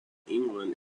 england